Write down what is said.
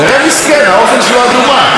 תראה, מסכן, האוזן שלו אדומה.